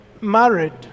married